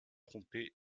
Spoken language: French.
trompés